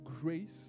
grace